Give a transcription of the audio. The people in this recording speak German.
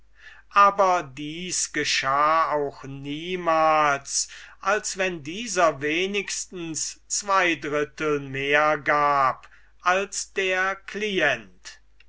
aber dies geschah auch niemals als wenn dieser wenigstens zween drittel mehr gab als der client